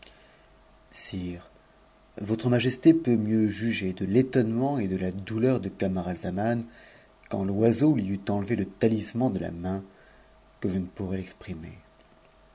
sire votre majesté peut mieux juger de l'étonnement et de la dou cm de camaralzaman quand l'oiseau lui eut enlevé le talisman de la main que je ne pourrais l'exprimer